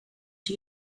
she